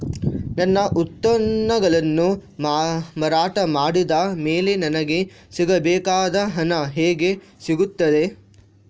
ನನ್ನ ಉತ್ಪನ್ನಗಳನ್ನು ಮಾರಾಟ ಮಾಡಿದ ಮೇಲೆ ನನಗೆ ಸಿಗಬೇಕಾದ ಹಣ ಹೇಗೆ ಸಿಗುತ್ತದೆ?